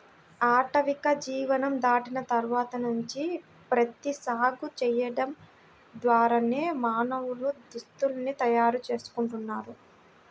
ఆటవిక జీవనం దాటిన తర్వాత నుంచి ప్రత్తి సాగు చేయడం ద్వారానే మానవులు దుస్తుల్ని తయారు చేసుకుంటున్నారు